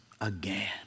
again